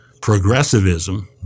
Progressivism